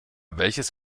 welches